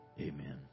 amen